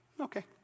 okay